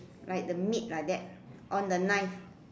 like the meat like that on the knife